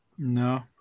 No